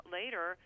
later